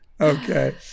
Okay